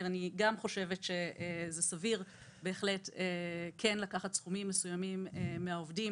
גם אני חושבת שזה סביר בהחלט כן לקחת סכומים מסוימים מהעובדים,